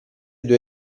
due